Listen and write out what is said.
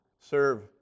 serve